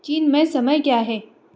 चीन में समय क्या है